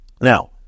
Now